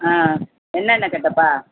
ஆ என்னென்ன கேட்டேப்பா